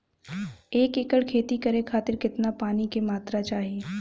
एक एकड़ खेती करे खातिर कितना पानी के मात्रा चाही?